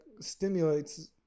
stimulates